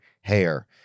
hair